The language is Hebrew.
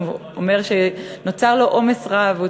הוא אומר שנוצר לו עומס רב,